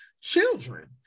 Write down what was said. children